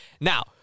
Now